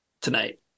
tonight